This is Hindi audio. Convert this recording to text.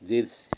दृश्य